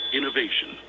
Innovation